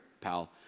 pal